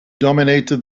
dominated